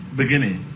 beginning